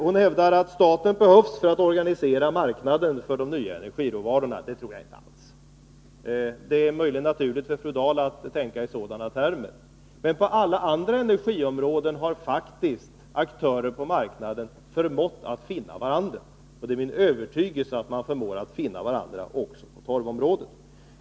Hon hävdar att staten behövs för att organisera marknaden för de nya energiråvarorna. Det tror däremot inte jag, men det är möjligen naturligt för fru Dahl att tänka i sådana termer. Men på alla andra energiområden har faktiskt aktörer på marknaden förmått att finna varandra, och det är min övertygelse att man förmår att finna varandra också på torvområdet.